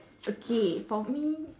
okay for me